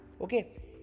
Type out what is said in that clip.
Okay